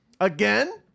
Again